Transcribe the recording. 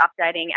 updating